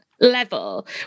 level